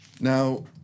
Now